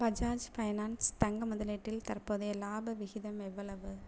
Bajaj Finance தங்க முதலீட்டில் தற்போதைய லாப விகிதம் எவ்வளவு